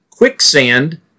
quicksand